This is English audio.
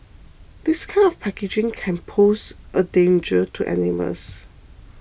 this kind of packaging can pose a danger to animals